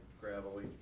gravelly